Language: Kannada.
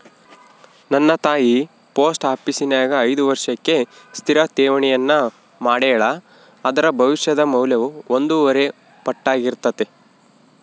ನನ್ನ ತಾಯಿ ಪೋಸ್ಟ ಆಪೀಸಿನ್ಯಾಗ ಐದು ವರ್ಷಕ್ಕೆ ಸ್ಥಿರ ಠೇವಣಿಯನ್ನ ಮಾಡೆಳ, ಅದರ ಭವಿಷ್ಯದ ಮೌಲ್ಯವು ಒಂದೂವರೆ ಪಟ್ಟಾರ್ಗಿತತೆ